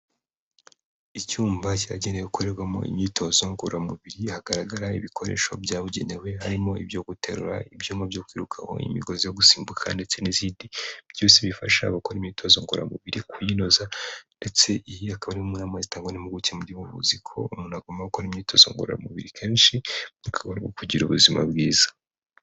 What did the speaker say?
Icyumba cyagenewe korerwamo imyitozo ngororamubiri hagaragara ibikoresho byabugenewe, harimo ibyo guterura, ibyuma byo kwirukaho, imigozi yo gusimbuka ndetse n'izindi, byose bifasha gukora imyitozo ngororamubiri kuyinoza, ndetse iyi ikaba ari mwe mu nama zitanga n'impuguke mu by'ubuvuzi ko umuntu agomba gukora imyitozo ngororamubiri kenshi, bikaba ari ukugira ubuzima bwiza.